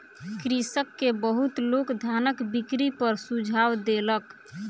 कृषक के बहुत लोक धानक बिक्री पर सुझाव देलक